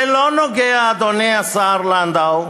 זה לא נוגע, אדוני השר לנדאו,